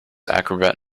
acrobat